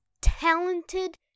talented